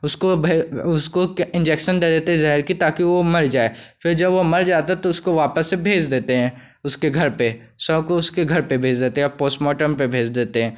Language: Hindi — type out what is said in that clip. उसको वह उसको क्या इंजेक्सन दे देते ज़हर की ताकी वह मर जाए फिर जब वह मर जाता है तो उसको वापस से भेज देते हैं उसके घर पर शव को उसके घर पर भेज देते हैं और पोस्टमार्टम पर भेज देते हैं